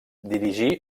dirigí